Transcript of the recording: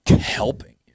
Helping